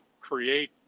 create